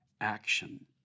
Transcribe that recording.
action